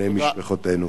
בני משפחותינו.